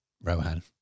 Rohan